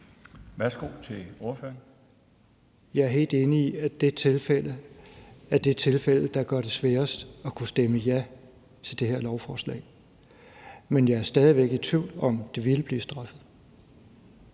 Jon Stephensen (UFG): Jeg er helt enig i, at det er det tilfælde, der gør det sværest at kunne stemme ja til det her lovforslag. Men jeg er stadig væk i tvivl om, om det ville blive straffet.